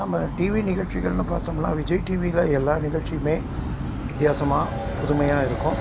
நாம் டிவி நிகழ்ச்சிகள்னு பார்த்தோம்னா விஜய் டிவியில் எல்லா நிகழ்ச்சியும் வித்தியாசமாக புதுமையாக இருக்கும்